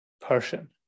person